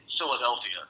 Philadelphia